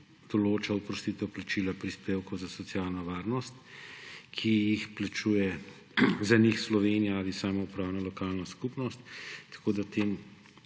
določa oprostitev plačila prispevkov za socialno varnost, ki jih plačuje za njih Slovenija ali samoupravna lokalna skupnost. Tako da